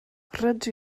rydw